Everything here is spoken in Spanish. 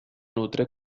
nutre